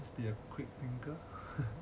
be a quick thinker